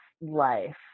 life